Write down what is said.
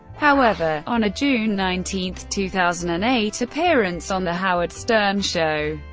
however, on a june nineteen, two thousand and eight appearance on the howard stern show,